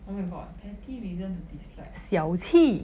oh my god petty reason to dislike